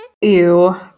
Ew